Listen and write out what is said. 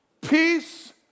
peace